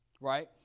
Right